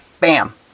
bam